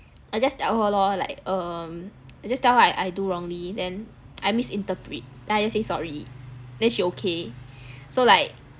I just tell her lor like um just now I I do wrongly then I miss interpret then I just say sorry then she okay so like